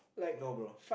no bro